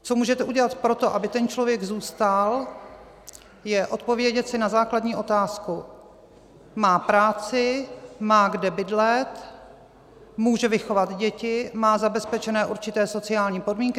Co můžete udělat pro to, aby ten člověk zůstal, je odpovědět si na základní otázku: má práci, má kde bydlet, může vychovat děti, má zabezpečené určité sociální podmínky?